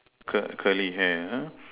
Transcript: c~ curly hair ah